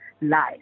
life